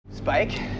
Spike